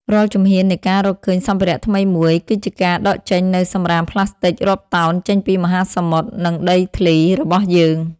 រាល់ជំហាននៃការរកឃើញសម្ភារៈថ្មីមួយ គឺជាការដកចេញនូវសម្រាមប្លាស្ទិករាប់តោនចេញពីមហាសមុទ្រ និងដីធ្លីរបស់យើង។